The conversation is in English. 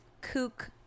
kook